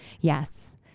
Yes